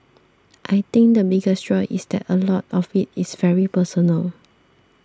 I think the biggest draw is that a lot of it is very personal